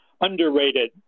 underrated